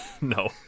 No